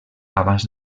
abans